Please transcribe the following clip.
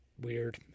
weird